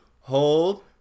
hold